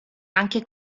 anche